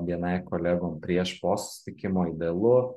bni kolegom prieš po susitikimo idealu